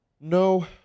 No